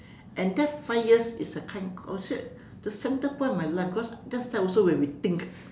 and that five years is a kind I will say the center point of my life cause that is also when we think